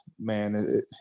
man